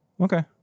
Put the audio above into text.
Okay